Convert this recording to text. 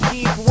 Keep